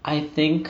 I think